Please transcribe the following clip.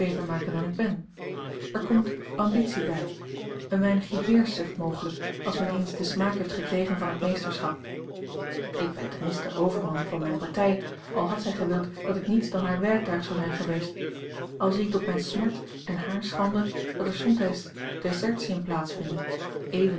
beter maken dan ik ben er komt ambitie bij een weinigje heerschzucht mogelijk als men eens den smaak heeft gekregen van het meesterschap ik ben ten minste overman van mijne partij al had zij gewild dat ik niets dan haar werktuig zou zijn geweest al zie ik tot mijne smart en hare schande dat er somtijds desertiën plaats vinden even